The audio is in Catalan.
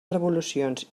revolucions